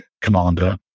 commander